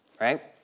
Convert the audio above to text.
right